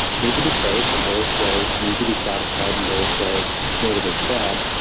need to be safe in various ways, need to be satisfied in various ways notably fad,